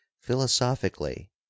philosophically